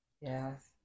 Yes